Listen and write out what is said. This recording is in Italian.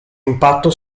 impatto